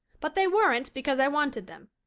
but they weren't because i wanted them.